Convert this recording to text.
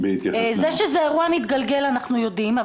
זה שזה אירוע מתגלגל אנחנו יודעים,